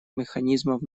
механизмов